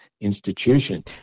institution